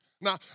Now